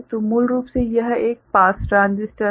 तो मूल रूप से यह एक पास ट्रांजिस्टर है